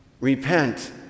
Repent